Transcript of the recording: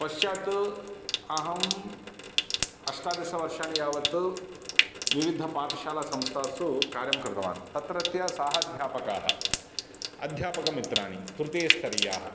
पश्चात् अहम् अष्टादशवर्षाणि यावत् विविधपाठशालासंस्थासु कार्यं कृतवान् तत्रत्यसहाध्यापकाः अध्यापकमित्राणि तृतीयस्तरीयाः